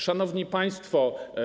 Szanowni Państwo!